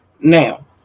now